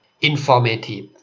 informative